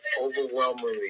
overwhelmingly